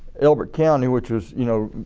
elbert county which was you know